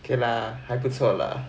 okay lah 还不错 lah